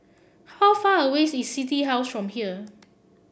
how far away is City House from here